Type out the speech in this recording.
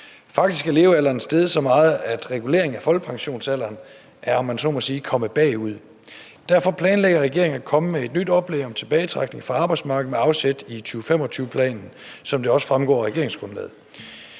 Faktisk er levealderen steget så meget, at reguleringen af folkepensionsalderen er, om man så må sige, kommet bagud. Derfor planlægger regeringen at komme med et nyt oplæg om tilbagetrækning fra arbejdsmarkedet med afsæt i 2025-planen, som det også fremgår af regeringsgrundlaget.